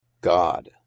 God